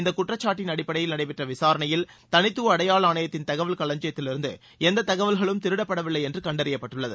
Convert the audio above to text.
இந்த குற்றச்சாட்டின் அடிப்படையில் நடைபெற்ற விசாரணையில் தனித்துவ அடையாள ஆணையத்தின் தகவல் களஞ்சியத்திலிருந்து எந்த தகவல்களும் திருடப்படவில்லை என்று கண்டறியப்பட்டுள்ளது